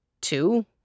two